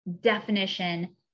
definition